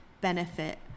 benefit